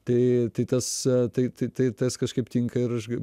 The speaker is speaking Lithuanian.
tai tai tas tai tai tai tas kažkaip tinka ir aš gi